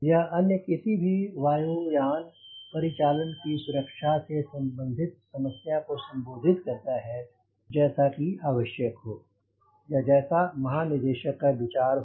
यह अन्य किसी भी वायु यानपरिचालन की सुरक्षा से संबंधित समस्या को संबोधित करता है जैसा कि आवश्यक हो या जैसा महानिदेशक का विचार हो